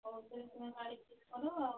ହଉ ତା'ହେଲେ ତୁମେ ଗାଡ଼ି ଠିକ୍ କର ଆଉ